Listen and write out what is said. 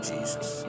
Jesus